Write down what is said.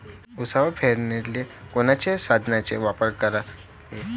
उसावर फवारनीले कोनच्या साधनाचा वापर कराव?